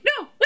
no